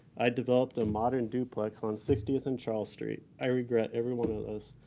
i developed a modern duplex on sixtieth and charles street. i regret every one of those.